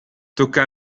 tocca